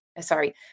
sorry